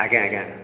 ଆଜ୍ଞା ଆଜ୍ଞା